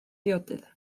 ddiodydd